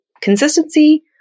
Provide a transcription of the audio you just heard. consistency